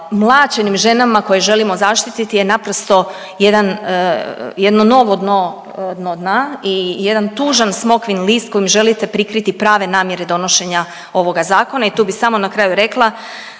mlaćenim ženama koje želimo zaštiti je naprosto jedan, jedno novo dno, dno dna i jedan tužan smokvin list kojim želite prikriti prave namjere donošenja ovoga zakona i tu bi samo na kraju rekla,